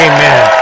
Amen